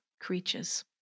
creatures